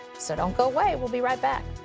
so don't go away. we'll be right back.